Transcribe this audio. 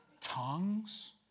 Tongues